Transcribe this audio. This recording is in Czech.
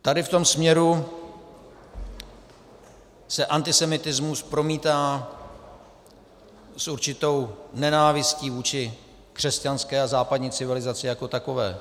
Tady v tom směru se antisemitismus promítá s určitou nenávistí vůči křesťanské a západní civilizaci jako takové.